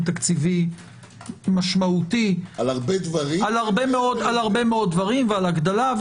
תקציבי משמעותי על הרבה מאוד דברים ועל הגדלה.